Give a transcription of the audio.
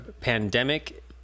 pandemic